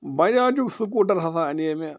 بَجاجُک scooter ہسا اَنے مےٚ